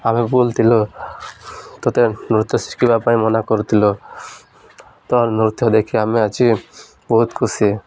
ଆମେ ବୁଲଥିଲୁ ତତେ ନୃତ୍ୟ ଶିଖିବା ପାଇଁ ମନା କରୁଥିଲୁ ତୋ ନୃତ୍ୟ ଦେଖି ଆମେ ଆଜି ବହୁତ ଖୁସି